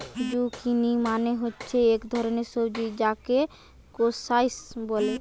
zucchini মানে হচ্ছে এক ধরণের সবজি যাকে স্কোয়াস বলে